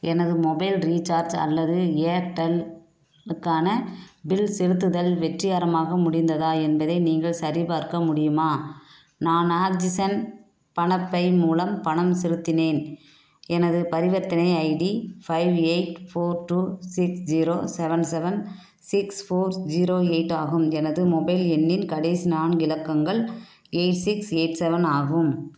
எனது mobile recharge அல்லது ஏர்டெல்லுக்கான பில் செலுத்துதல் வெற்றிகரமாக முடிந்ததா என்பதை நீங்கள் சரிபார்க்க முடியுமா நான் ஆக்ஸிஜன் பணப்பை மூலம் பணம் செலுத்தினேன் எனது பரிவர்த்தனை ID five eight four two six zero seven seven six four zero eight ஆகும் எனது மொபைல் எண்ணின் கடைசி நான்கு இலக்கங்கள் எயிட் சிக்ஸ் எயிட் செவன் ஆகும்